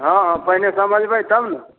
हँ हँ पहिने समझबै तब ने